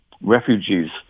refugees